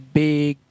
big